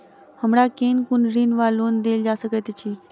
हमरा केँ कुन ऋण वा लोन देल जा सकैत अछि?